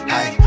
Hey